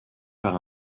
par